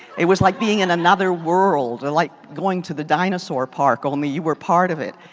it was like being in another world. and like going to the dinosaur park only you were part of it.